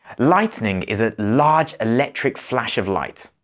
lightning is a large electric flash of light.